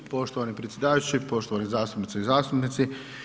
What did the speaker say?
Poštovani predsjedavajući, poštovane zastupnice i zastupnici.